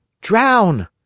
DROWN